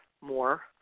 more